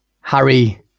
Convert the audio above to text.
Harry